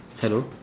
hello